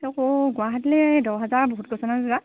অ' গুৱাহাটীলৈ দহ হাজাৰ বহুত কৈছে নহয় দাদা